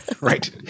Right